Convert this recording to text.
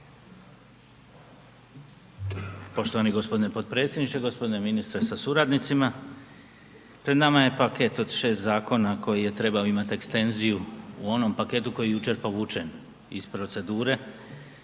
Poštovani g. potpredsjedniče, g. ministre sa suradnicima. Pred nama je paket od 6 zakona koji je trebao imati ekstenziju u onom paketu koji je jučer povučen iz procedure